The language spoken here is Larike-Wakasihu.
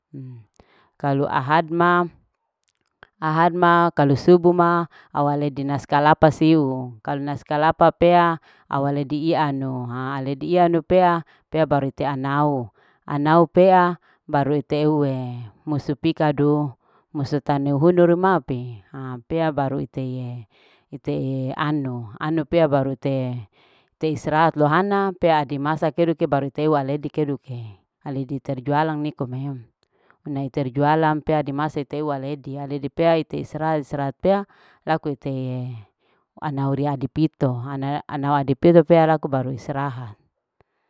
Kalu ahad ma, ahad ma kalau subu ma awaledi nasi kalapa siu kalau nasi kalapa pea awaledi ianu haa awaledi anau pea. te anau pea baru ite ua muse tanu pikadu musu tanu hunu remape ha pea baru ite. ite ye anu. anu pea baru ite ye tei istrahat lohana pea dimasa keduke. keduke baru iteu aledii keduke aledi taru jualan nikome unei teri jualan pe adimasa peu aledi pea ite istirahat. istirahat pea laku ite ye anau ri adipito anau adipito pea laku baru istirahat.